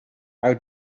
how